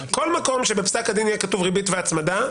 כל מקום שבפסק הדין יהיה כתוב ריבית והצמדה,